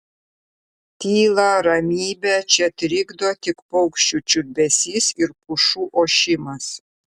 tylą ramybę čia trikdo tik paukščių čiulbesys ir pušų ošimas